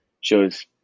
shows